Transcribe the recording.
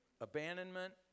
abandonment